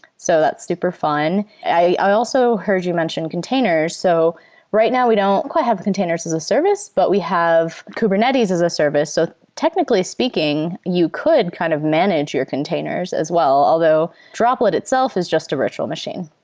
so that's super fun. i also heard you mentioned containers. so right now we don't quite have the containers as a service, but we have kubernetes as service. so technically speaking, you could kind of manage your containers as well, although droplet itself is just a virtual machine.